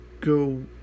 go